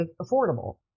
affordable